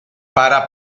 para